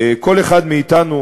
כל אחד מאתנו,